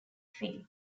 feet